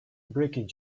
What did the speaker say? breaking